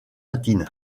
latine